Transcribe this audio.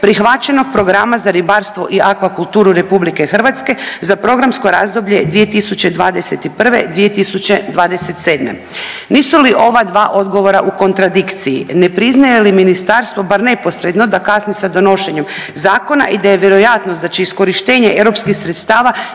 prihvaćenog Programa za ribarstvo i akvakulturu RH za programsko razdoblje 2021.-2027. Nisu li ova dva odgovora u kontradikciji? Ne priznaje li ministarstvo bar neposredno da kasni sa donošenjem zakona i da je vjerojatnost da će iskorištenost europskih sredstava